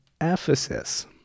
Ephesus